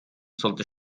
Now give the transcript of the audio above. sollte